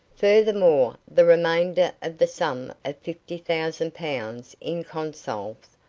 furthermore, the remainder of the sum of fifty thousand pounds in consols,